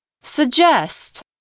Suggest